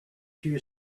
few